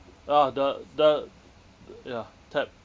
ah the the ya tap